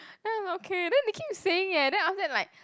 then I'm like okay then they keep saying eh then after that like